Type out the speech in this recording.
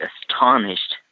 astonished